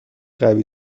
قوی